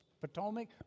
Potomac